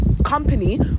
company